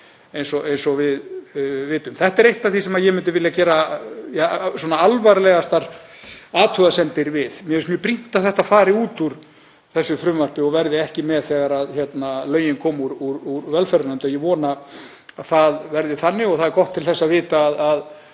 eins og við vitum. Þetta er eitt af því sem ég myndi vilja gera alvarlegastar athugasemdir við. Mér finnst mjög brýnt að þetta fari út úr þessu frumvarpi og verði ekki með þegar málið kemur úr velferðarnefnd og ég vona að það verði þannig. Það er gott til þess að vita að